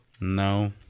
No